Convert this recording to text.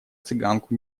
цыганку